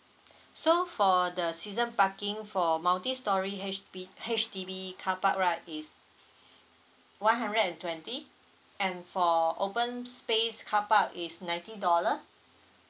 so for the season parking for multi storey H_B H_D_B carpark right is one hundred and twenty and for open space carpark is ninety dollar